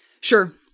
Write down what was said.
Sure